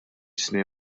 snin